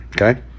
okay